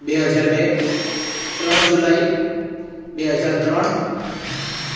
બે હજાર બે ત્રણ જુલાઇ બે હજાર ત્રણ